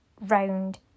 round